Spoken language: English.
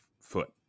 foot